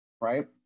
right